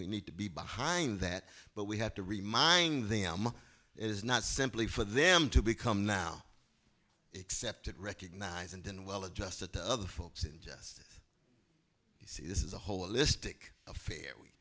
we need to be behind that but we have to remind them it is not simply for them to become now excepted recognise and then well adjusted to other folks in just you see this is a holistic affair